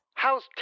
How's